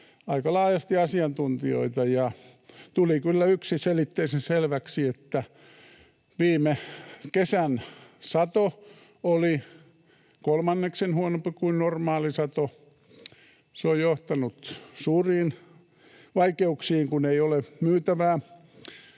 aika laajasti asiantuntijoita, ja tuli kyllä yksiselitteisen selväksi, että viime kesän sato oli kolmanneksen huonompi kuin normaali sato. Se on johtanut suuriin vaikeuksiin, kun ei ole myytävää.